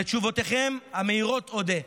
על תשובותיכם המהירות אודה.